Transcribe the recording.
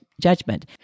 judgment